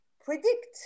predict